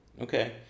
Okay